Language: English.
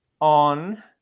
on